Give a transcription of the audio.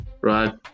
right